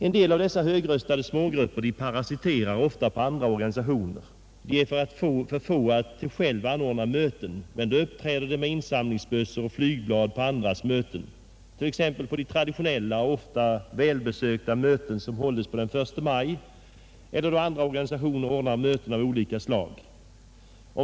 En del av dessa högröstade smågrupper parasiterar ofta på andra organisationer. De är för få för att själva anordna möten, men då uppträder de med insamlingsbössor och flygblad på andra organisationers möten av olika slag, t.ex. på de traditionella och ofta välbesökta möten som hålls den 1 maj.